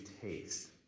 taste